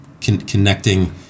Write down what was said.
connecting